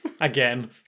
Again